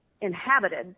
inhabited